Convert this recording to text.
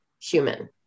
human